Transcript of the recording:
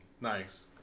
nice